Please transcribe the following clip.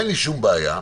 אין לי שום בעיה,